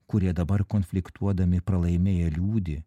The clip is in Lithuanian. kurie dabar konfliktuodami ir pralaimėję liūdi